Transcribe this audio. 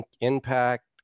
impact